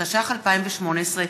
התשע"ח 2018,